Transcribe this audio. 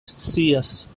scias